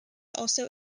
also